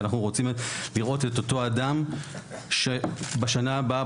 כי אנחנו רוצים לראות את אותו אדם שבשנה הבאה,